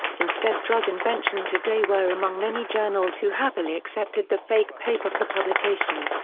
instead drug invention today were among many journals who happily accepted the fake paper for publication.